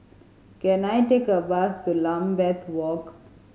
can I take a bus to Lambeth Walk